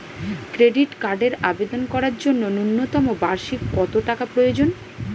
Credit কার্ডের আবেদন করার জন্য ন্যূনতম বার্ষিক কত টাকা প্রয়োজন?